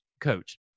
coach